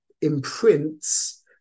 imprints